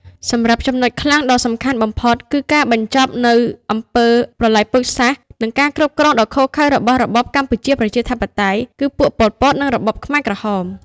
សម្រាប់ចំណុចខ្លាំងដ៏សំខាន់បំផុត គឺការបញ្ចប់នូវអំពើប្រល័យពូជសាសន៍ និងការគ្រប់គ្រងដ៏ឃោរឃៅរបស់របបកម្ពុជាប្រជាធិបតេយ្យ គឺពួកប៉ុលពត និងរបបខ្មែរក្រហម។